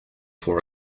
for